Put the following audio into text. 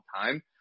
time